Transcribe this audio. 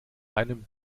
einem